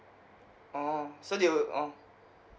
orh so they will oh